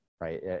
right